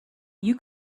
you